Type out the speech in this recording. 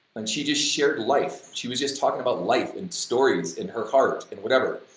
and she just shared life, she was just talking about life and stories and her heart and whatever.